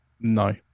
no